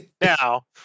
Now